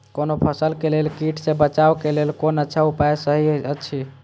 कोनो फसल के लेल कीट सँ बचाव के लेल कोन अच्छा उपाय सहि अछि?